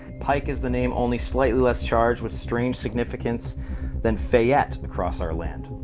pike is the name only slightly less charged with strange significance than fayette across our land.